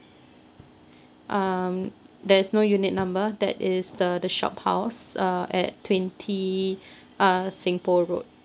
um there's no unit number that is the the shophouse uh at twenty uh seng poh road